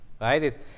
right